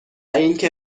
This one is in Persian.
اینکه